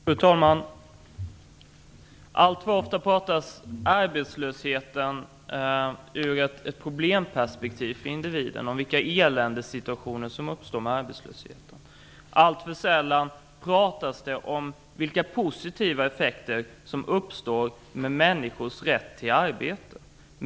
Fru talman! Alltför ofta talas det om arbetslösheten ur ett problemperspektiv för individen. Det talas om de eländessituationer som uppstår med arbetslöshet. Alltför sällan talas det om de positiva effekter som uppstår om människor har rätten till arbete.